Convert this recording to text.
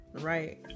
right